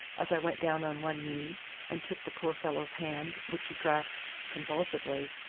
as i went down on one knee and took the poor fellow's hand, which he grasped convulsively,